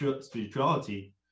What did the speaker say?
Spirituality